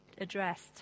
addressed